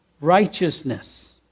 righteousness